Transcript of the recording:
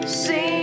See